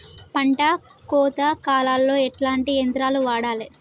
పంట కోత కాలాల్లో ఎట్లాంటి యంత్రాలు వాడాలే?